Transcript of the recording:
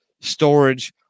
storage